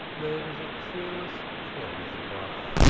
there was a cheerless clothes-brush.